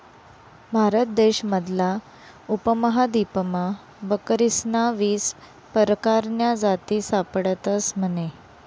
भारत देश मधला उपमहादीपमा बकरीस्न्या वीस परकारन्या जाती सापडतस म्हने